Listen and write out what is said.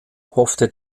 hoffte